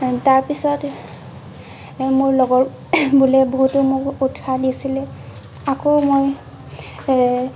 তাৰ পিছত মোৰ লগৰবোৰে মোক বহুতো উৎসাহ দিছিলে আকৌ মই